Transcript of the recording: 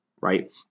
right